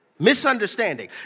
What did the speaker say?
misunderstanding